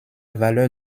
valeur